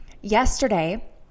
Yesterday